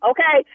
Okay